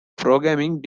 programming